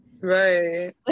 Right